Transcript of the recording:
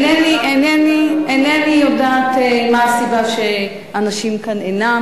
אינני יודעת מה הסיבה שאנשים אינם כאן.